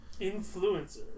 Influencer